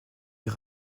des